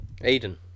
Aiden